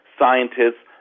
scientists